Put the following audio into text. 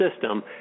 system